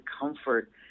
comfort